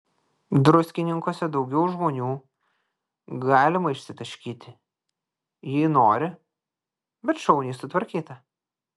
druskininkuose daugiau žmonių galima išsitaškyti jei nori bet šauniai sutvarkyta